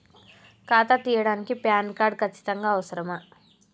ఖాతా తీయడానికి PAN card ఖచ్చితంగా అవసరమా?